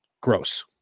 gross